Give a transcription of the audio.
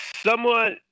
somewhat